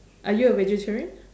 are you a vegetarian